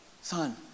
son